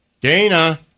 Dana